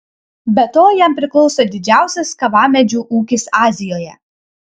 be to jam priklauso didžiausias kavamedžių ūkis azijoje